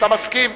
אתה מסכים?